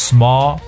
Small